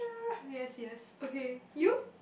yes yes okay you